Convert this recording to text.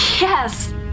yes